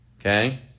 Okay